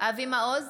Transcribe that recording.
אבי מעוז,